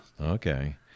Okay